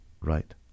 Right